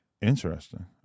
interesting